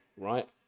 right